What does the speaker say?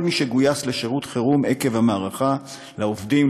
מי שגויס לשירות חירום עקב המערכה: לעובדים,